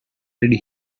did